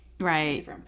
Right